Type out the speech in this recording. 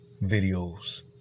videos